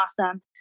awesome